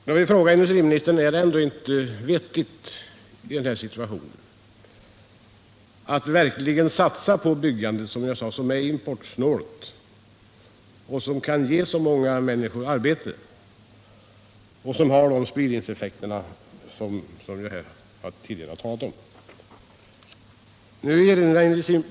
Jag vill fråga industriministern: Är det ändå inte i den här situationen vettigt att verkligen satsa på byggandet, som är importsnålt, som kan ge många människor arbete och som har de spridningseffekter som jag här tidigare talat om?